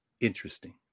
Interesting